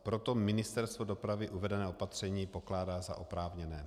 Proto Ministerstvo dopravy uvedené opatření pokládá za oprávněné.